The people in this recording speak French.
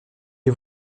les